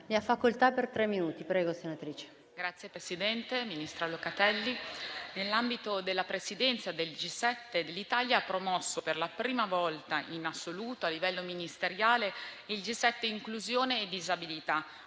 Signor Presidente, ministro Locatelli, nell'ambito della Presidenza del G7, l'Italia ha promosso per la prima volta in assoluto a livello ministeriale il G7 Inclusione e disabilità,